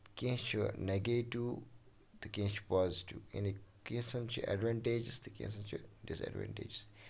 کیٚنہہ چھُ نیگیٹِو تہٕ کیٚنہہ چھُ پوزٹو کیٚنژَن چھُ ایڈوَنٹیجس کیٚنژَن چھِ ڈِس ایڈونٹیجَز تہِ